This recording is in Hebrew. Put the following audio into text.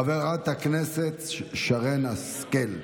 חברת הכנסת שרן השכל.